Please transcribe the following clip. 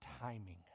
timing